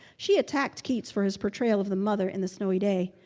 she attacked keats for his portrayal of the mother in the snowy day.